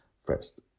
first